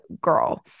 girl